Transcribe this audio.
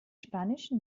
spanischen